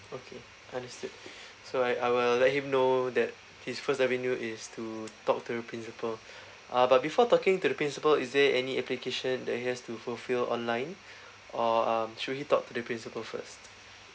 okay understood so I I will let him know that his first avenue is to talk to the principal uh but before talking to the principal is there any application that he has to fulfill online or um should he talk to the principal first